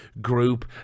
group